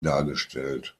dargestellt